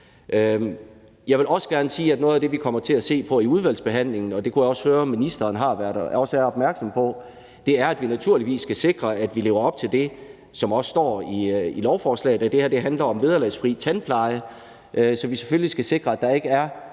Jeg vil også gerne sige, at noget af det, vi kommer til at se på i udvalgsbehandlingen, og det kunne jeg også høre ministeren er opmærksom på, er, at vi naturligvis skal sikre, at vi lever op til det, som også står i lovforslaget, nemlig at det her handler om vederlagsfri tandpleje, så vi selvfølgelig sikrer, at der ikke er